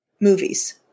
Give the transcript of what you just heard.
movies